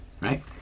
right